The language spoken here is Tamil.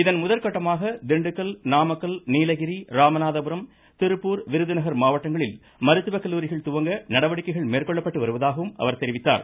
இதன் முதற்கட்டமாக திண்டுக்கல் நாமக்கல் நீலகிரி ராமநாதபுரம் திருப்பூர் விருதுநகர் மாவட்டங்களில் மருத்துவ கல்லூரிகள் துவங்க நடவடிக்கைகள் மேற்கொள்ளப்பட்டு வருவதாகவும் அவர் தெரிவித்தார்